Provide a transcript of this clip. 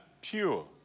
pure